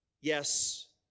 Yes